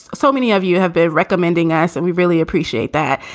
so many of you have been recommending us and we really appreciate that.